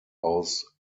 aus